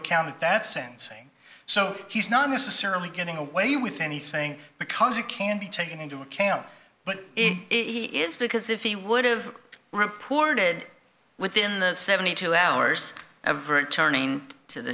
account at that sentencing so he's not necessarily getting away with anything because it can be taken into account but he is because if he would've reported within the seventy two hours and a very turning to the